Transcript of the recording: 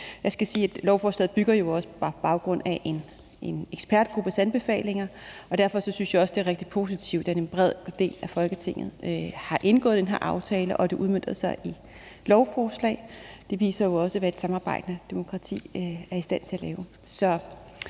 Jeg skal sige, at lovforslaget jo også bygger på og er på baggrund af en ekspertgruppes anbefalinger, og derfor synes jeg også, det er rigtig positivt, at en bred del af Folketinget har indgået den her aftale, og at det udmønter sig i et lovforslag. Det viser jo også, hvad et samarbejdende demokrati er i stand til at lave.